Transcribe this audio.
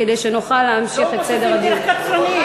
כדי שנוכל להמשיך את סדר הדיון.